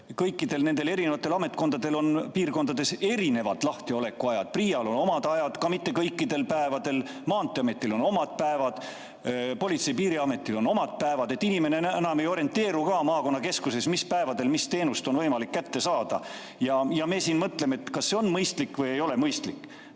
kõikidel nendel ametkondadel on piirkondades erinevad lahtiolekuajad: PRIA-l on oma ajad ja mitte kõikidel päevadel, maanteeametil on oma päevad, Politsei- ja Piirivalveametil on oma päevad. Inimene ei orienteeru enam maakonnakeskuses, mis päevadel millist teenust on võimalik saada. Me siin mõtleme, kas see on mõistlik või ei ole mõistlik.